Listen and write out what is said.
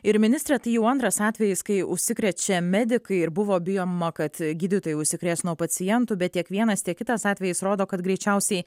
ir ministre tai jau antras atvejis kai užsikrečia medikai ir buvo bijoma kad gydytojai užsikrės nuo pacientų bet tiek vienas tiek kitas atvejis rodo kad greičiausiai